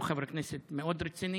הוא חבר כנסת מאוד רציני.